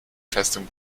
festung